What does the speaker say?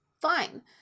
fine